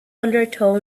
undertow